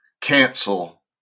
cancel